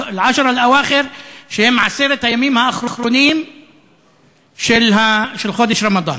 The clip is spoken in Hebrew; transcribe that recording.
שהם עשרת הימים האחרונים של חודש רמדאן.